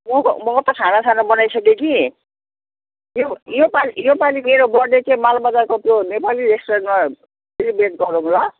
म म त खानासाना बनाइसकेँ कि यो योपालि योपालि मेरो बर्थडे चाहिँ मालबजारको त्यो नेपाली रेस्टुरेन्टमा सेलिब्रेट गरौँ ल